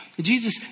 Jesus